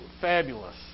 fabulous